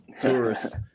tourists